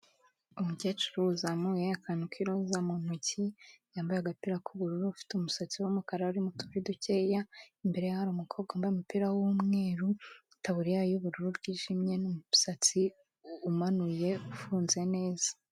Umukecuru uzamuye akantu k'iroza mu ntoki yambaye agapira k'ubururu ufite umusatsi w'umukara urimo utuvi dukeya, imbere ye hari umukobwa wambaye umupira w'umweru itaburiya y'ubururu bwijimye n'umusatsi umanuye ufunze neza.